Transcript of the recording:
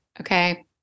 Okay